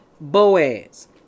Boaz